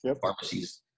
Pharmacies